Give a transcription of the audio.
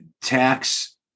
tax